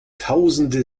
tausende